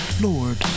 Lord